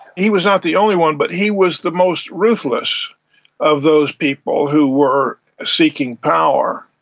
he was not the only one, but he was the most ruthless of those people who were seeking power.